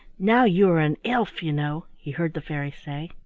now you are an elf, you know, he heard the fairy say.